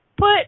put